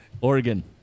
Oregon